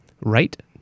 Right